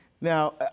Now